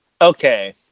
okay